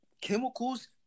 chemicals